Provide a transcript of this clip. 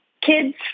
kids